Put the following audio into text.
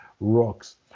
rocks